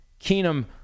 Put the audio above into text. Keenum